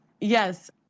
yes